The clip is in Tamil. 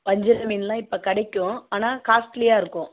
வஞ்சரம் மீனுலாம் இப்போ கிடைக்கும் ஆனால் காஸ்ட்லியாக இருக்கும்